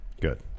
Good